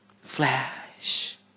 Flash